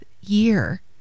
year